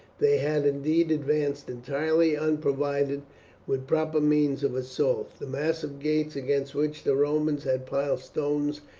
they had indeed advanced entirely unprovided with proper means of assault. the massive gates against which the romans had piled stones,